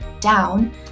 down